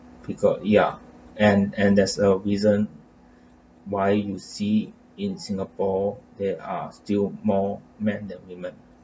because ya and and there's a reason why you see in singapore there are still more men than women